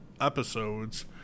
episodes